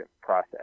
process